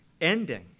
ending